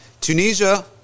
Tunisia